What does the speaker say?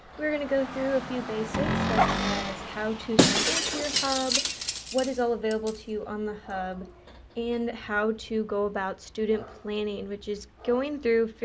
we are going to go through a few basics such as how to sign into your hub what is all available to you on the hub and how to go about student planning which is going through,